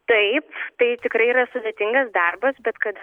taip tai tikrai yra sudėtingas darbas bet kad